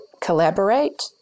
collaborate